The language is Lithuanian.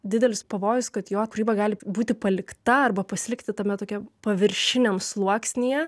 didelis pavojus kad jo kūryba gali būti palikta arba pasilikti tame tokiam paviršiniam sluoksnyje